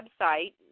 website